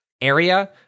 area